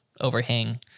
overhang